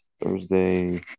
Thursday